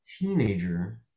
teenager